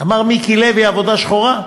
אמר מיקי לוי: עבודה שחורה?